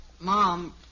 Mom